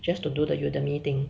just to do the Udemy thing